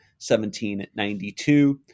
1792